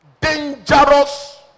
dangerous